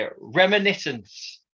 Reminiscence